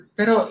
Pero